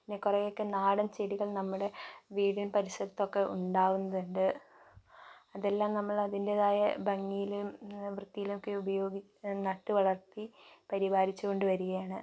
പിന്നെ കുറേയൊക്കെ നാടൻ ചെടികൾ നമ്മുടെ വീടിന് പരിസരത്തൊക്കെ ഉണ്ടാവുന്നതുണ്ട് അതെല്ലാം നമ്മൾ അതിൻ്റേതായ ഭംഗിയിലും വൃത്തിയിലൊക്കെ ഉപയോഗി നട്ടു വളർത്തി പരിപാലിച്ചുകൊണ്ട് വരികയാണ്